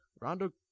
Rondo